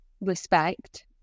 respect